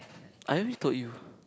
I already told you